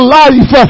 life